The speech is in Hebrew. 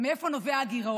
ומאיפה נובע הגירעון?